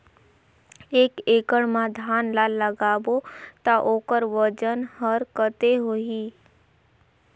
एक एकड़ मा धान ला लगाबो ता ओकर वजन हर कते होही?